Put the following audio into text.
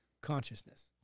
consciousness